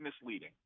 misleading